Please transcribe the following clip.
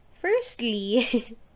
Firstly